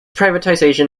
privatization